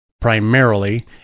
primarily